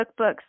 cookbooks